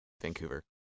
Vancouver